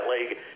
league